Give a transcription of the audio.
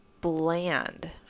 bland